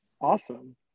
awesome